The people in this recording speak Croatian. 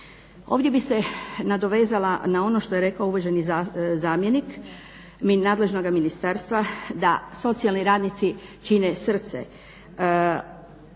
Ovdje bi se nadovezala na ono što je rekao uvaženi zamjenik nadležnoga ministarstva da socijalni radnici čine srce